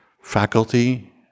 Faculty